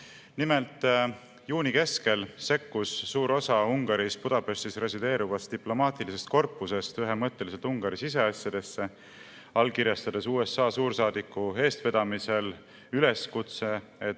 Nimelt, juuni keskel sekkus suur osa Budapestis resideerivast diplomaatilisest korpusest ühemõtteliselt Ungari siseasjadesse, allkirjastades USA suursaadiku eestvedamisel üleskutse, et